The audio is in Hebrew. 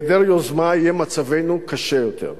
בהיעדר יוזמה, יהיה מצבנו קשה יותר.